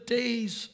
days